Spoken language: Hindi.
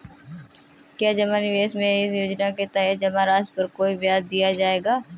क्या जमा निवेश में इस योजना के तहत जमा राशि पर कोई ब्याज दिया जाएगा?